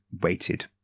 weighted